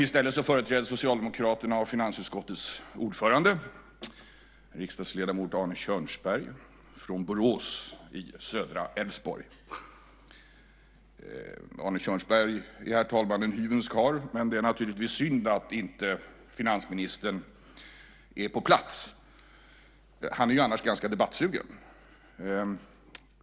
I stället företräds Socialdemokraterna av finansutskottets ordförande, riksdagsledamot Arne Kjörnsberg, från Borås i södra Älvsborg. Arne Kjörnsberg är, herr talman, en hyvens karl, men det är naturligtvis synd att inte finansministern är på plats. Han är ju annars ganska debattsugen.